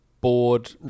bored